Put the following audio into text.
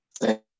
Thank